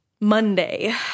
Monday